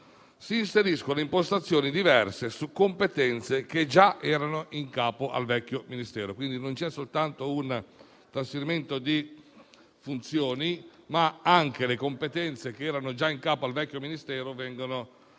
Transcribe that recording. si inseriscono impostazioni diverse su competenze che già erano in capo al vecchio Ministero. Non c'è soltanto un trasferimento di funzioni, quindi, ma anche le competenze che erano già in capo al vecchio Ministero vengono declinate